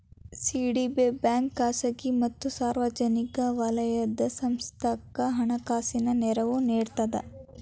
CDB bank ಖಾಸಗಿ ಮತ್ತ ಸಾರ್ವಜನಿಕ ವಲಯದ ಸಂಸ್ಥಾಕ್ಕ ಹಣಕಾಸಿನ ನೆರವು ನೇಡ್ತದ